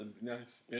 Nice